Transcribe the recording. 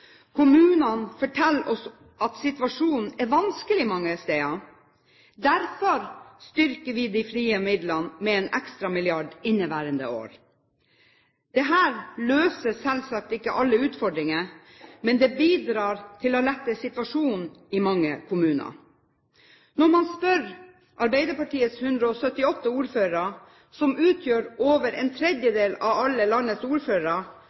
Kommunene forteller oss at situasjonen er vanskelig mange steder. Derfor styrker vi de frie midlene med en ekstra milliard inneværende år. Dette løser selvsagt ikke alle utfordringer, men det bidrar til å lette situasjonen i mange kommuner. Når man spør Arbeiderpartiets 178 ordførere, som utgjør over en tredjedel av alle landets ordførere,